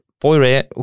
poire